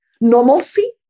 normalcy